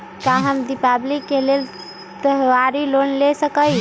का हम दीपावली के लेल त्योहारी लोन ले सकई?